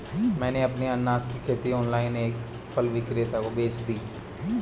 मैंने अपनी अनन्नास की खेती ऑनलाइन एक फल विक्रेता को बेच दी